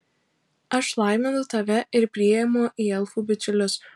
aš laiminu tave ir priimu į elfų bičiulius